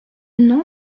nom